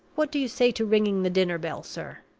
what do you say to ringing the dinner-bell, sir?